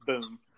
boom